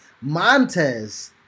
Montez